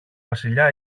βασιλιά